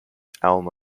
alma